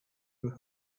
and